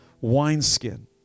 wineskin